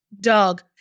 dog